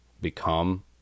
become